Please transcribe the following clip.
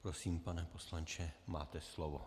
Prosím, pane poslanče, máte slovo.